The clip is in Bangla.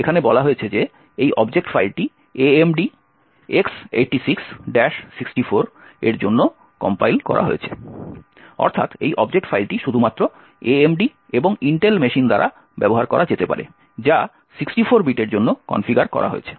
এখানে বলা হয়েছে যে এই অবজেক্ট ফাইলটি AMD X86 64 এর জন্য কম্পাইল করা হয়েছে অর্থাৎ এই অবজেক্ট ফাইলটি শুধুমাত্র AMD এবং Intel মেশিন দ্বারা ব্যবহার করা যেতে পারে যা 64 বিটের জন্য কনফিগার করা হয়েছে